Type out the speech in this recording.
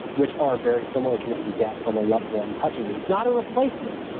which are very similar to what you get from a loved one touching you. it's not a replacement,